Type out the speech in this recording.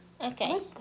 Okay